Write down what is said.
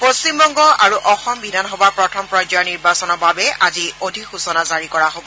পশ্চিমবংগ আৰু অসম বিধানসভাৰ প্ৰথম পৰ্যায়ৰ নিৰ্বাচনৰ বাবে আজি অধিসূচনা জাৰী কৰা হ'ব